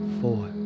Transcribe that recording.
four